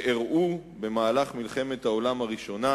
שאירע במהלך מלחמת העולם הראשונה,